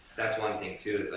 that's one thing too,